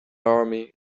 army